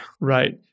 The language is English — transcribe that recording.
right